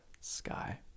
Sky